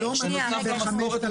בנוסף למשכורת,